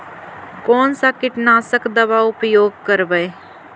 कोन सा कीटनाशक दवा उपयोग करबय?